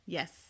Yes